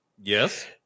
Yes